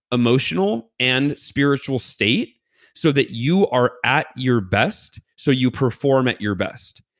emotional, and spiritual state so that you are at your best. so you perform at your best.